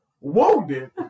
Wounded